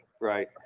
right